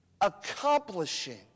accomplishing